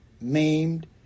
maimed